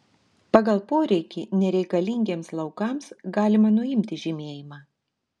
pagal poreikį nereikalingiems laukams galima nuimti žymėjimą